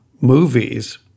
Movies